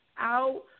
out